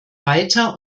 weiter